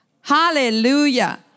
Hallelujah